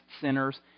sinners